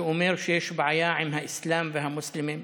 שאומר שיש בעיה עם האסלאם והמוסלמים,